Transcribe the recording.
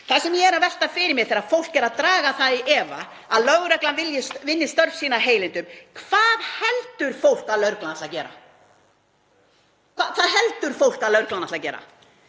Það sem ég er að velta fyrir mér, þegar fólk er að draga það í efa að lögreglan vilji vinni störf sín af heilindum: Hvað heldur fólk að lögreglan ætli að gera? Hvað heldur fólk að lögreglan ætti að gera